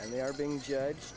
they are being judged